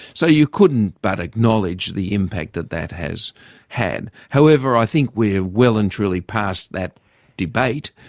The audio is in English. so you couldn't but acknowledge the impact that that has had. however, i think we're well and truly past that debate,